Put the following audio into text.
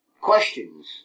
questions